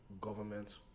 government